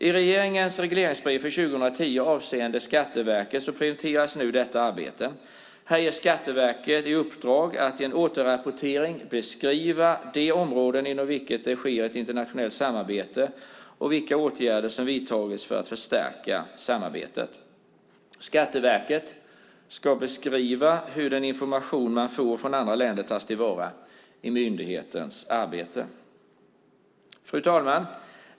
I regeringens regleringsbrev för 2010 avseende Skatteverket prioriteras nu detta arbete. Här ges Skatteverket i uppdrag att i en återrapportering beskriva de områden inom vilket det sker ett internationellt samarbete och vilka åtgärder som vidtagits för att förstärka samarbetet. Skatteverket ska beskriva hur den information man får från andra länder tas till vara i myndighetens arbete. Fru talman!